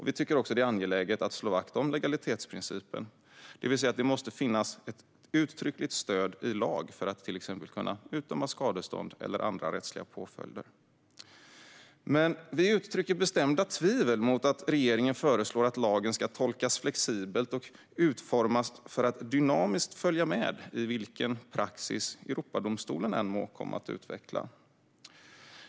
Vi tycker också att det är angeläget att slå vakt om legalitetsprincipen, det vill säga att det måste finnas uttryckligt stöd i lag för att till exempel kunna utdöma skadestånd eller andra rättsliga påföljder. Men vi uttrycker bestämt tvivel mot att regeringen föreslår att lagen ska tolkas flexibelt och utformas för att dynamiskt följa med i vilken praxis Europadomstolen än må komma att utveckla.